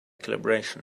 calibration